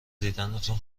دیدنتون